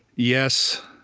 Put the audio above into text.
yes,